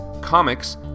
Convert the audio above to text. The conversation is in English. comics